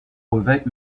revêt